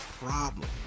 problem